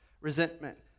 Resentment